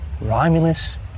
Romulus